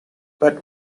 but